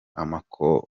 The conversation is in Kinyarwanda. amoko